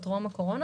עוד טרום הקורונה,